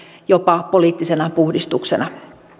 jopa poliittisena puhdistuksena